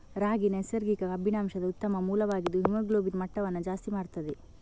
ರಾಗಿ ನೈಸರ್ಗಿಕ ಕಬ್ಬಿಣಾಂಶದ ಉತ್ತಮ ಮೂಲವಾಗಿದ್ದು ಹಿಮೋಗ್ಲೋಬಿನ್ ಮಟ್ಟವನ್ನ ಜಾಸ್ತಿ ಮಾಡ್ತದೆ